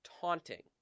taunting